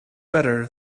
better